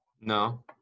No